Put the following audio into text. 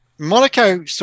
Monaco